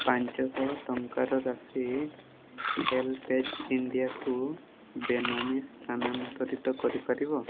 ପାଞ୍ଚଶହ ଟଙ୍କାର ରାଶି ହେଲ୍ପଏଜ୍ ଇଣ୍ଡିଆକୁ ବେନାମୀ ସ୍ଥାନାନ୍ତରିତ କରିପାରିବ